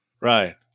Right